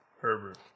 Herbert